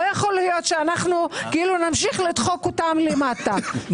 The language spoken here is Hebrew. לא יכול להיות שאנחנו כאילו נמשיך לדחוק אותם למטה,